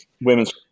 women's